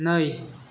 नै